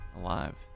alive